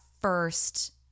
first –